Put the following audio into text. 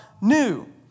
new